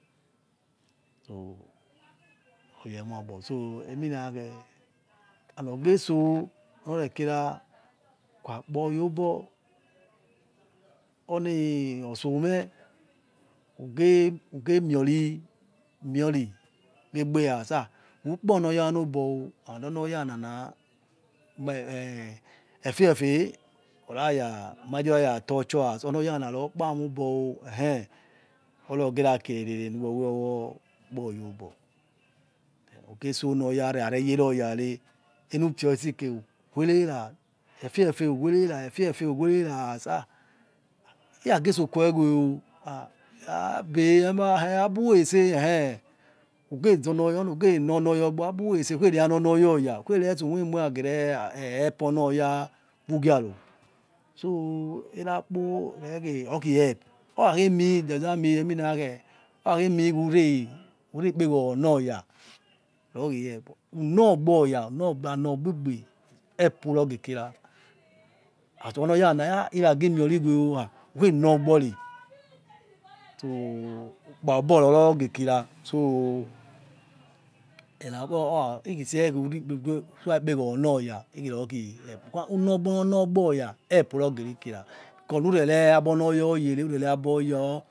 Oh oye mohagbo so eminakhe and ogeso norekira whokha kpa oyo obo oni osomeh whoge miori miori wegbe as ha ukponoyana obo and onor oyanana ha mi eh fefe oraya mondiro rara toucho as onoyana rokpame obo eh oroghera khirere niwe woh ukpoyor obor oge so ni oya rare yeroyare enufio itseke uwere ra efefe uwerera as ha iyage sokoweweo ha ha abe aburetse ekhe eh uge zonoya nonor ya abu rese ukheri abonoya oya okhere tse umie ruragẹ kelp oni oya whoghiro so erekpo okhei end orakhe mean emi nakhe ora khe mean who rekpeghoronoya rokhi help unogboya unogbo anogbe ebgbe help urogekira as ono yana inageh mi oriweo ha who khenogbori so ukpagor rurogekira oh ikpabor ikhise usua ikpegoro neya ikhiro khi help uno gbo nor norgno oya help urogeri kira kornure abono yor yere aboya